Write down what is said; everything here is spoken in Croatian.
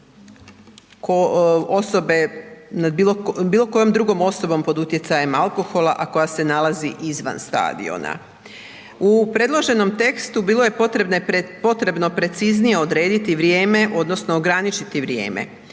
bilo kojom drugom osobom pod utjecajem alkohola, a koja se nalazi izvan stadiona. U predloženom tekstu bilo je potrebno preciznije odrediti vrijeme, odnosno ograničiti vrijeme.